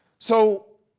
so